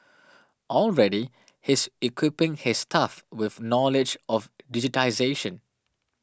already he is equipping his staff with knowledge of digitisation